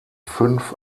fünf